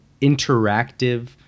interactive